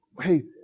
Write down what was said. hey